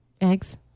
Eggs